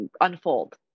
unfold